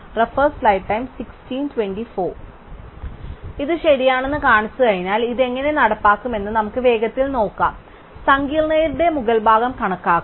അതിനാൽ ഇത് ശരിയാണെന്ന് കാണിച്ചുകഴിഞ്ഞാൽ ഇത് എങ്ങനെ നടപ്പാക്കുമെന്ന് നമുക്ക് വേഗത്തിൽ നോക്കാം സങ്കീർണ്ണതയുടെ മുകൾഭാഗം കണക്കാക്കാം